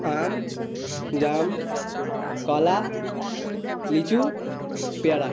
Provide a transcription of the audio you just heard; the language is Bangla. আম জাম কলা লিচু পেয়ারা